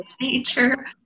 nature